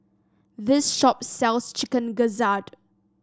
this shop sells Chicken Gizzard